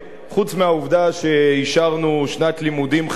חוץ מהעובדה שאישרנו שנת לימודים חינם,